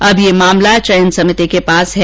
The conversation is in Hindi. अब मामला चयन समिति के पास है